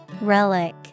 Relic